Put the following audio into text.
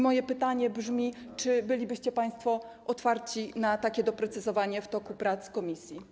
Moje pytanie brzmi: Czy bylibyście państwo otwarci na takie doprecyzowanie w toku prac komisji?